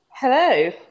Hello